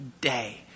day